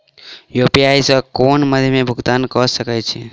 UPI सऽ केँ कुन मध्यमे मे भुगतान कऽ सकय छी?